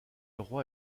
roi